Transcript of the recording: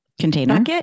container